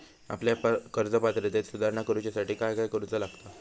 आपल्या कर्ज पात्रतेत सुधारणा करुच्यासाठी काय काय करूचा लागता?